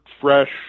fresh